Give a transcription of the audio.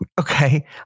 Okay